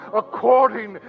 according